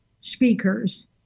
speakers